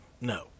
no